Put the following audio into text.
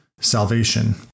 salvation